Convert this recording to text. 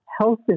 health